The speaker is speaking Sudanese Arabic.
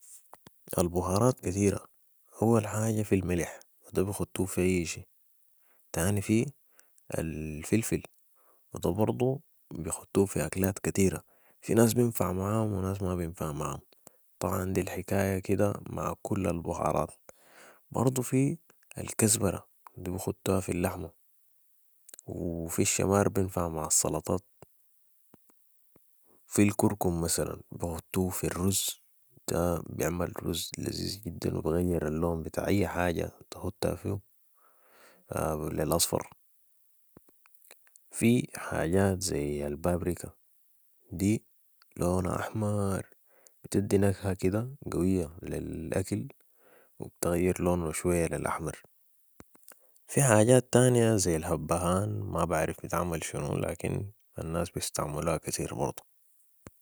البهارات كتيرة اول حاجة في الملح و ده بختو في اي شي و تاني في الفلفل و ده برضو بيختو في اكلات كتيرة في ناس بينفع معام و في ناس ما بينفع معام ، طبعاً دي الحكاية كدة مع كل البهارات ، برضو في الكزبرة دي بختوها في اللحمة و في الشمار بينفع مع السلطات ، في الكركم مثلاً بختو في الرز ده بيعمل رز لزيز جدا و بغير الون بتاع اي حاجة تختها فيو بقولي الاصفر و في حاجات زي البابركا و دي لونا احمآر بتدي نكهة كدة قوية للاكل و بتغير لونو شوية للأحمر، في حاجات تانية زي الهبهان ما بعرف بتعمل شنو لكن الناس بيستعملوها كتير برضو